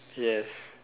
yes